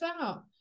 out